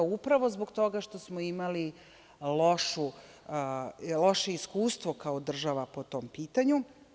Upravo zbog toga što smo imali loše iskustvo kao država po tom pitanju.